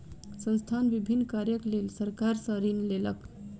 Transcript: संस्थान विभिन्न कार्यक लेल सरकार सॅ ऋण लेलक